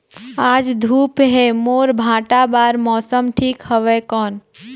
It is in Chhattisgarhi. आज धूप हे मोर भांटा बार मौसम ठीक हवय कौन?